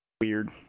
weird